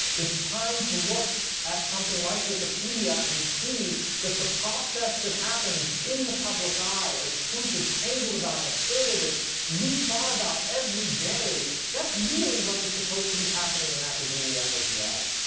it's time to look at something like wikipedia and see that the process that happens in the public eye as truth is tangled about and asserted and re-fought about every day that's really what is supposed to be happening in and academia as well.